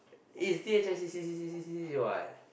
it's C H I C C C C C C